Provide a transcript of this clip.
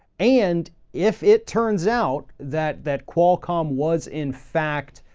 and if it turns out that that qualcomm was in fact,